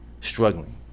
struggling